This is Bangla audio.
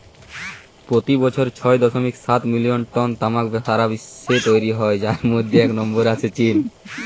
পোতি বছর ছয় দশমিক সাত মিলিয়ন টন তামাক সারা বিশ্বে তৈরি হয় যার মধ্যে এক নম্বরে আছে চীন